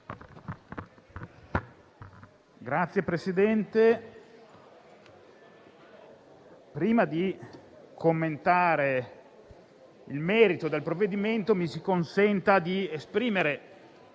Signor Presidente, prima di commentare il merito del provvedimento mi si consenta di esprimere